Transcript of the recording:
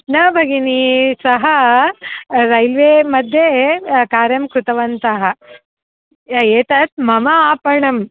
न भगिनि सः रैल्वेमध्ये कार्यं कृतवन्तः एतत् मम आपणं